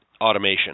automation